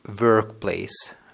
workplace